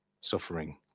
suffering